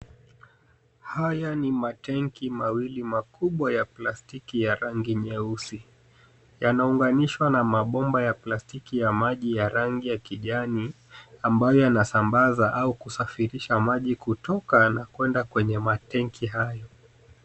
Haya ni matenki mawili makubwa ya plastiki ya rangi nyeusi. Yanaunganishwa na mabomba ya plastiki ya maji ya rangi ya kijani, ambayo yanasambaza au kusafirisha maji kutoka na kuenda kwenye matenki hayo.